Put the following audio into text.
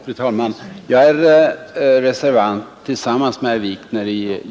Fru talman! Jag är reservant tillsammans med herr Wikner.